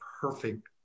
perfect